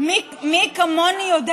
שק החבטות של ראש הממשלה, מי כמוני יודעת,